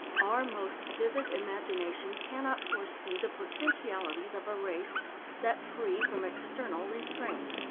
our most vivid imagination can not foresee the potentialities of a race set free from external restraints.